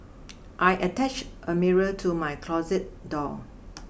I attach a mirror to my closet door